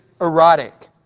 erotic